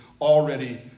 already